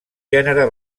gènere